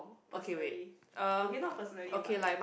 personally okay not personally but like